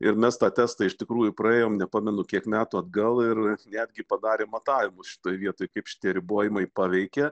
ir mes tą testą iš tikrųjų praėjom nepamenu kiek metų atgal ir netgi padarėm matavimus šitoj vietoj kaip šitie ribojimai paveikė